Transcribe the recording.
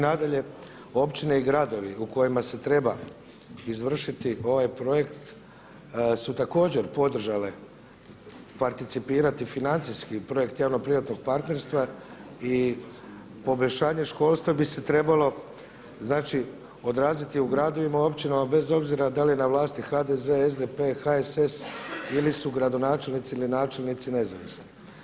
Nadalje općine i gradovi u kojima se treba izvršiti ovaj projekt su također podržale participirati financijski projekt javno-privatnog partnerstva i poboljšanje školstva bi se trebalo, znači odraziti u gradovima, općinama bez obzira da li je na vlasti HDZ, SDP, HSS ili su gradonačelnici ili načelnici nezavisni.